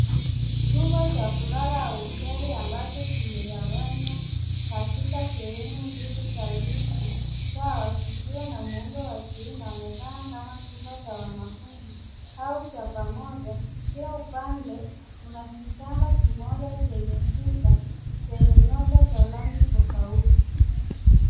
Chumba cha kulala au hosteli ambacho kimegawanywa katika sehemu mbili karibu sawa zikiwa na muundo wa kioo. Inaonekana kama chumba cha wanafunzi au cha pamoja. Kila upande una kitanda kimoja chenye shuka zenye nyota za rangi tofauti.